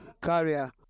career